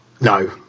No